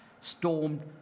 stormed